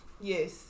Yes